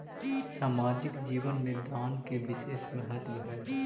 सामाजिक जीवन में दान के विशेष महत्व हई